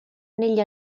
negli